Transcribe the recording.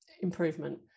improvement